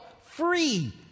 free